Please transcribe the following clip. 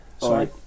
sorry